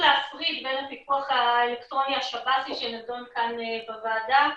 להפריד בין הפיקוח האלקטרוני השב"סי שנדון כאן בוועדה,